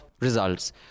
results